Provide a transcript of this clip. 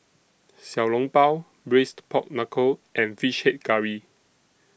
Xiao Long Bao Braised Pork Knuckle and Fish Head Curry